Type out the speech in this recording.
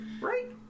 right